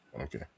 Okay